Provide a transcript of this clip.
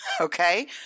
Okay